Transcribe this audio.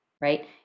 right